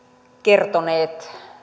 kertoneet